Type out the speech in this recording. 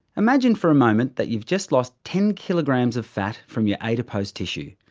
imagine for a moment that you've just lost ten kilograms of fat from your adipose tissue.